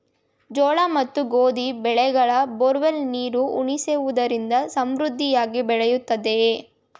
ಜೋಳ ಮತ್ತು ಗೋಧಿ ಬೆಳೆಗೆ ಬೋರ್ವೆಲ್ ನೀರು ಉಣಿಸುವುದರಿಂದ ಸಮೃದ್ಧಿಯಾಗಿ ಬೆಳೆಯುತ್ತದೆಯೇ?